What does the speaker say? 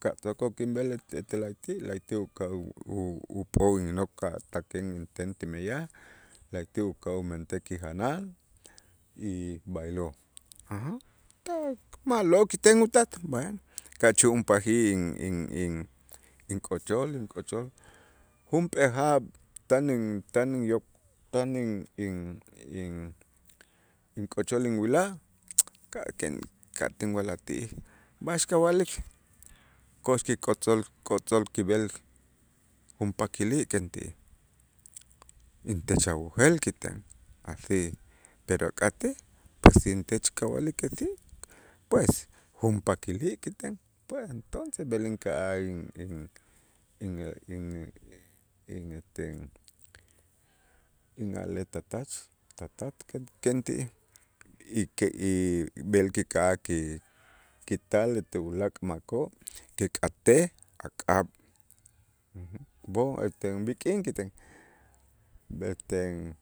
ka' tzoko' kinb'el ete- etel la'ayti', la'ayti' uka' u- u- up'o' innok' ka' tak'in inten ti meyaj la'ayti' uka' umentej kijanal y b'aylo', tak ma'lo' kiten utat bueno, ka chu'unpajij in- in- in- ink'ochol, ink'ochol junp'ee jaab' tan in- tan in- tan in- in- ink'ochol inwila' ka' k'in ka' tinwa'laj ti'ij, b'a'ax kawa'lik ko'ox kikotz'ol, kotz'ol kib'el junpak kili' kenti intech awojel kiten. así pero ak'atej pues intech kawa'lik que si pues, junpak kili' kiten pues entonces b'el inka'aj in- in- in- in- in este in a'lej tatach tatat ken- kenti'ij y que y b'el kika'aj ki- kital ete ulaak' makoo' kik'atej ak'ab' b'oj ete b'ik'in kiten b'eteen